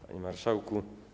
Panie Marszałku!